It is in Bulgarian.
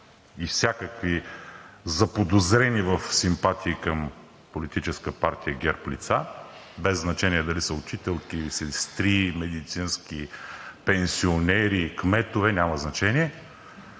и всякакви заподозрени в симпатии към Политическа партия ГЕРБ лица, без значение дали са учителки, медицински сестри, пенсионери, кметове, няма значение?